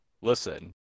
listen